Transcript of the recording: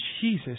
Jesus